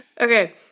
Okay